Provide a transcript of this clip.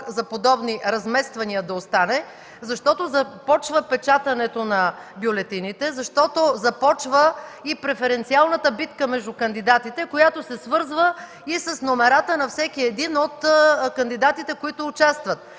за подобни размествания да остане, защото започва печатането на бюлетините, защото започва и преференциалната битка между кандидатите, която се свързва и с номерата на всеки един от кандидатите, които участват.